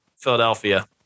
Philadelphia